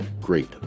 Great